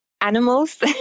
animals